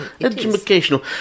educational